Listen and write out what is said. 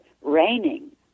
raining